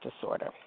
disorder